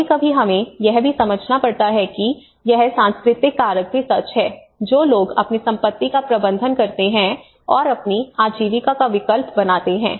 कभी कभी हमें यह भी समझना पड़ता है कि यह सांस्कृतिक कारक भी सच है जो लोग अपनी संपत्ति का प्रबंधन करते हैं और अपनी आजीविका का विकल्प बनाते हैं